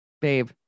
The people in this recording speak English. Babe